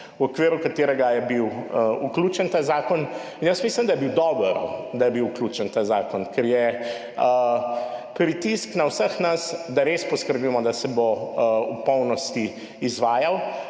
v okviru katerega je bil vključen ta zakon in jaz mislim, da je bil dober, da je bil vključen v ta zakon, ker je pritisk na vseh nas, da res poskrbimo, da se bo v polnosti izvajal.